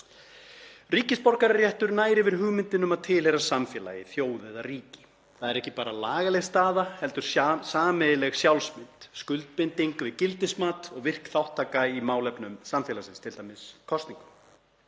Ríkisborgararéttur nær yfir hugmyndina um að tilheyra samfélagi, þjóð eða ríki. Það er ekki bara lagaleg staða heldur sameiginleg sjálfsmynd, skuldbinding við gildismat og virk þátttaka í málefnum samfélagsins, t.d. kosningum.